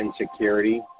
insecurity